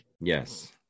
Yes